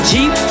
Jeep